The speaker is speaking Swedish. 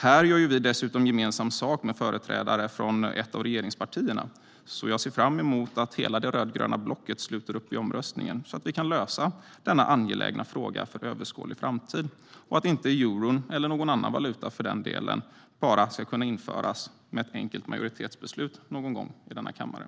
Här gör vi dessutom gemensam sak med företrädare för ett av regeringspartierna. Jag ser därför fram emot att hela det rödgröna blocket sluter upp vid omröstningen, så att vi kan lösa denna angelägna fråga för överskådlig framtid och så att euron eller någon annan valuta inte ska kunna införas genom ett enkelt majoritetsbeslut någon gång i denna kammare.